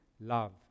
love